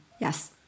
yes